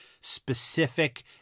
specific